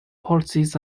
policies